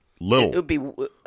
Little